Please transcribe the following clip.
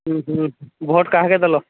ହୁଁ ହୁଁ ଭୋଟ୍ କାହାକୁ ଦେଲ